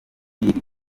bill